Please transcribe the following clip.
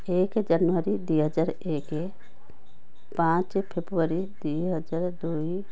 ଏକ ଜାନୁୟାରୀ ଦୁଇହଜାର ଏକ ପାଞ୍ଚ ଫେବୃୟାରୀ ଦୁଇହଜାର ଦୁଇ